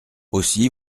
aussi